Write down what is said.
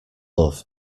love